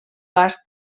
vast